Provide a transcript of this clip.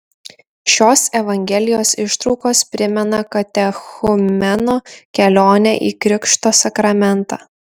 šios evangelijos ištraukos primena katechumeno kelionę į krikšto sakramentą